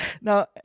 Now